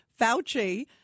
Fauci